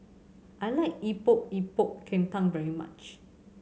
I like Epok Epok Kentang very much